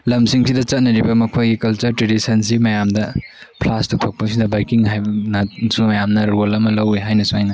ꯂꯝꯁꯤꯡ ꯁꯤꯗ ꯆꯠꯅꯔꯤꯕ ꯃꯈꯣꯏꯒꯤ ꯀꯜꯆꯔ ꯇ꯭ꯔꯦꯗꯤꯁꯟꯁꯤ ꯃꯌꯥꯝꯗ ꯐ꯭ꯂꯥꯁ ꯇꯧꯊꯣꯛꯄꯁꯤꯗ ꯕꯥꯏꯛꯀꯤꯡꯅꯁꯨ ꯃꯌꯥꯝꯅ ꯔꯣꯜ ꯑꯃ ꯂꯧꯏ ꯍꯥꯏꯅꯁꯨ ꯑꯩꯅ ꯈꯜꯂꯦ